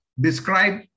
Describe